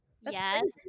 Yes